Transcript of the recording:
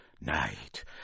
night